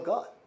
God